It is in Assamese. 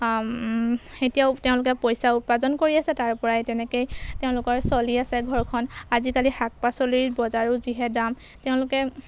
এতিয়াও তেওঁলোকে পইচাও উপাৰ্জন কৰি আছে তাৰপৰাই তেনেকৈয়ে তেওঁলোকৰ চলি আছে ঘৰখন আজিকালি শাক পাচলিৰ বজাৰো যিহেতু দাম তেওঁলোকে